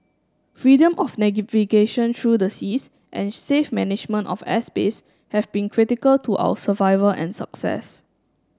freedom of through the seas and safe management of airspace have been critical to our survival and success